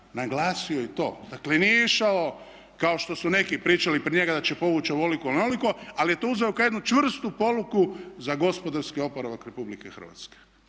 naglasio i to. Dakle nije išao kao što su neki pričali prije njega da će povući ovoliko ili onoliko, ali je to uzeo kao jednu čvrstu poruku za gospodarski oporavak RH jer